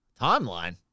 timeline